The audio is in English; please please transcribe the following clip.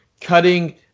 cutting –